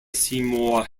seymour